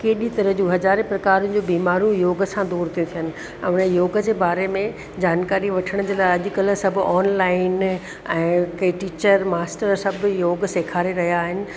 कहिड़ी तरह जो हज़ार प्रकारनि जूं बीमारियूं योग सां दूरि थियूं थियनि ऐं इन योग जे बारे में जानकारी वठण जे लाइ अॼुकल्ह सभु ऑनलाइन ऐं कंहिं टीचर मास्टर सभु योग सेखारे रहिया आहिनि